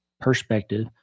perspective